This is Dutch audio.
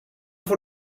voor